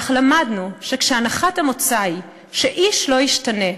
אך למדנו שכשהנחת המוצא היא שאיש לא ישתנה,